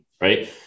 right